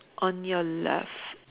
on your left